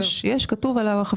כתוב על החפיסות.